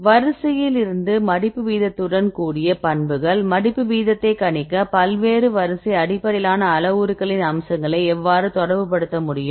வரிசையில் இருந்து மடிப்பு வீதத்துடன் கூடிய பண்புகள் மடிப்பு வீதத்தை கணிக்க பல்வேறு வரிசை அடிப்படையிலான அளவுருக்களின் அம்சங்களை எவ்வாறு தொடர்பு படுத்த முடியும்